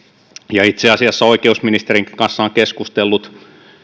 ja itse asiassa oikeusministerinkin kanssa olen keskustellut